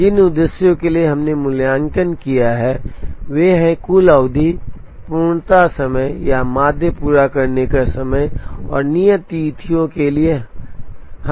जिन उद्देश्यों के लिए हमने मूल्यांकन किया है वे हैं कुल अवधि पूर्णता समय या माध्य पूरा करने का समय और नियत तिथियों के लिए